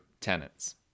tenants